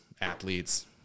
athletes